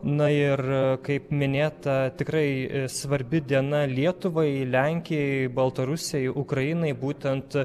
na ir kaip minėta tikrai svarbi diena lietuvai lenkijai baltarusijai ukrainai būtent